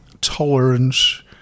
tolerance